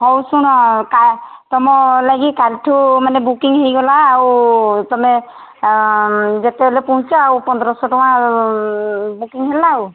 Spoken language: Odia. ହଉ ଶୁଣ ତୁମ ଲାଗି କାଲିଠୁ ମାନେ ବୁକିଂ ହୋଇଗଲା ଆଉ ତୁମେ ଯେତେବେଳେ ପହଞ୍ଚ ଆଉ ପନ୍ଦରଶହ ଟଙ୍କା ବୁକିଂ ହେଲା